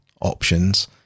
options